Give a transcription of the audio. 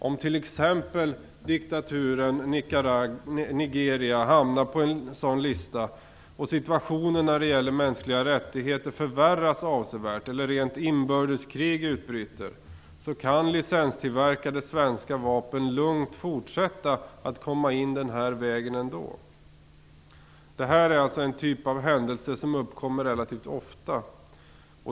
Om t.ex. diktaturen i Nigeria hamnar på en sådan lista, och situationen när det gäller de mänskliga rättigheterna avsevärt förvärras, eller rent inbördeskrig utbryter, kan licenstillverkade svenska vapen ändå lugnt fortsätta komma in den här vägen. Detta är en typ av händelse som inträffar relativt ofta.